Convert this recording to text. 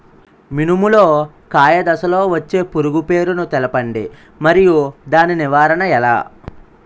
మినుము లో కాయ దశలో వచ్చే పురుగు పేరును తెలపండి? మరియు దాని నివారణ ఎలా?